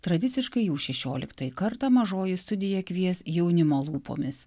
tradiciškai jau šešioliktąjį kartą mažoji studija kvies jaunimo lūpomis